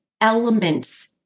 elements